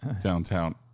downtown